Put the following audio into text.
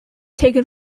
taken